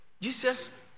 Jesus